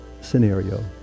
scenario